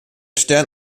stern